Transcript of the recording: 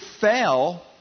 fell